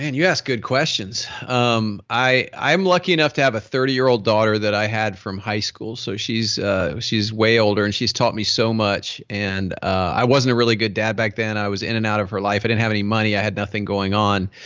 and you ask good questions. um i'm lucky enough to have a thirty year old daughter that i had from high school so she's she's way older and she's taught me so much. and i wasn't a really good dad back then, i was in and out of her life. i didn't have any money, i had nothing going on.